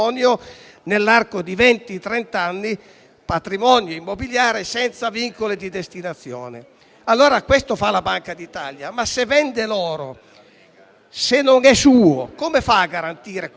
nell'arco di venti o trent'anni, patrimonio immobiliare senza vincoli di destinazione. Questo fa la Banca d'Italia ma, se vende l'oro e se non è suo, come fa a garantirlo?